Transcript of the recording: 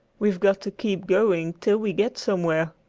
we've got to keep going till we get somewhere.